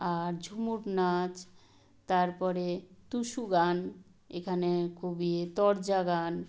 আর ঝুমুর নাচ তার পরে টুসু গান এখানে খুব ইয়ে তরজা গান